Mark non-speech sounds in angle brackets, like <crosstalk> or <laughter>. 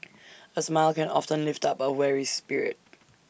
<noise> A smile can often lift up A weary spirit